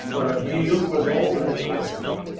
where a meal was already awaiting them.